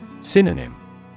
Synonym